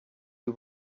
you